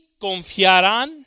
confiarán